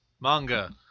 manga